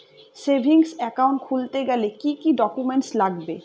Savings account খুলতে গেলে কি কি ডকুমেন্টস লাগবে?